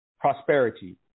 prosperity